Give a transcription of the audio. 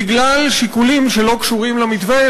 בגלל שיקולים שלא קשורים למתווה,